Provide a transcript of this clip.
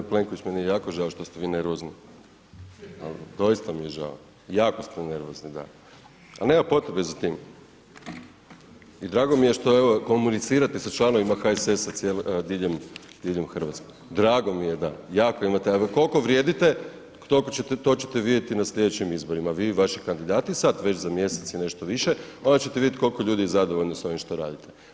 g. Plenković, meni je jako žao što ste vi nervozni, al doista mi je žao, jako ste nervozni da, al nema potrebe za tim i drago mi je što evo komunicirate sa članovima HSS-a diljem RH, drago mi je da, jako imate, a koliko vrijedite, to ćete vidjeti na slijedećim izborima vi i vaši kandidati sad već za mjesec i nešto više, onda ćete vidjet koliko je ljudi zadovoljno s ovim što radite.